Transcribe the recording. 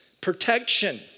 protection